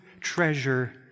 treasure